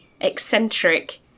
eccentric